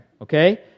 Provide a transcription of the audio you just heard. okay